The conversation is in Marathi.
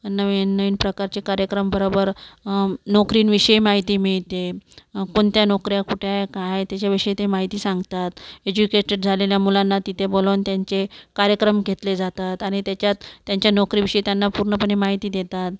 अन् नवीन नवीन प्रकारचे कार्यक्रम बरोबर नोकरींविषयी माहिती मिळते आपण त्या नोकऱ्या कुठे आहे काय आहे त्याच्याविषयी ते माहिती सांगतात एज्युकेटेड झालेल्या मुलांना तिथे बोलावून त्यांचे कार्यक्रम घेतले जातात आणि त्याच्यात त्यांच्या नोकरीविषयी त्यांना पूर्णपणे माहिती देतात